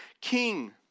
king